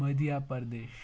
Madhya Pradesh